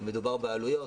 מדובר בעלויות